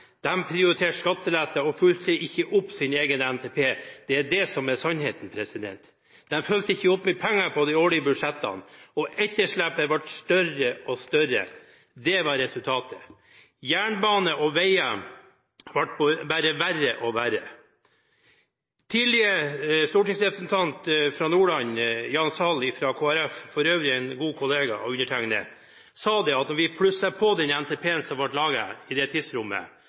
prioriterte skattelette og fulgte ikke opp sin egen NTP. Det er det som er sannheten. De fulgte ikke opp med penger på de årlige budsjettene, og etterslepet ble større og større. Det var resultatet. Jernbane og veier ble bare verre og verre. Tidligere stortingsrepresentant fra Nordland, Jan Sahl fra Kristelig Folkeparti – og for øvrig en god kollega av undertegnede – sa at om vi plusset på den NTP-en som ble laget i tidsrommet